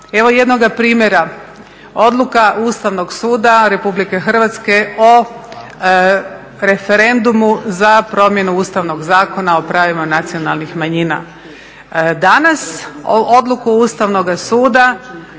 Evo jednoga primjera, odluka Ustavnog suda RH o referendumu za promjenu Ustavnog zakona o pravima nacionalnih manjina. Danas odluku Ustavnoga suda